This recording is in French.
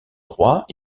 droits